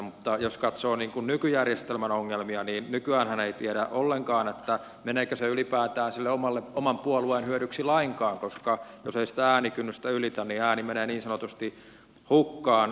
mutta jos katsoo nykyjärjestelmän ongelmia niin nykyäänhän ei tiedä ollenkaan meneekö se ylipäätään oman puolueen hyödyksi lainkaan koska jos ei sitä äänikynnystä ylitä niin ääni menee niin sanotusti hukkaan